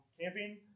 camping